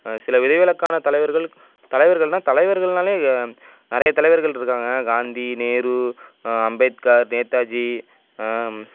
சில விதிவிலக்கான தலைவர்கள் தலைவர்கள்னால் தலைவர்கள்னாலே நிறைய தலைவர்கள் இருக்காங்க காந்தி நேரு அம்பேத்கார் நேதாஜி